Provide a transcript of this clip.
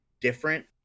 different